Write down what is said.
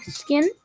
skin